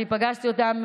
אני פגשתי אותם,